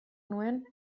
nuen